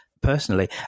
personally